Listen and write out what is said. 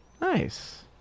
Nice